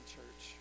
church